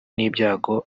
n’ibyago